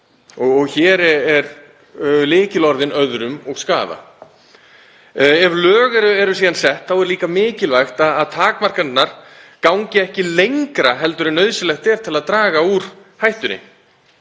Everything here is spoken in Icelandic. Og hér eru lykilorðin „öðrum“ og „skaða“. Ef lög eru síðan sett er líka mikilvægt að takmarkanirnar gangi ekki lengra en nauðsynlegt er til að draga úr hættunni.